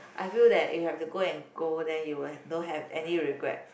I feel that if have to go and go then you will have don't have any regret